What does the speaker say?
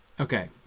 Okay